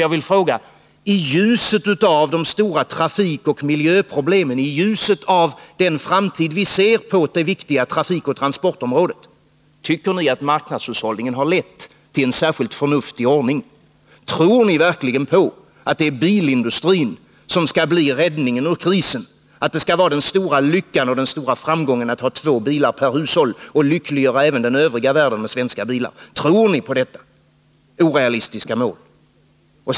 Jag vill då fråga: Tycker ni i ljuset av de stora trafikoch miljöproblem, i ljuset av den framtid som vi kan skönja på det viktiga trafikoch transportområdet att marknadshushållningen har lett till en särskilt förnuftig ordning? Tror ni verkligen att det är bilindustrin som skall bli räddningen ur krisen, att det skall vara den stora lyckan och den stora framgången att ha två bilar per hushåll? Och tror ni att vi kan lyckliggöra även den övriga världen med svenska bilar? Tror ni på detta orealistiska mål?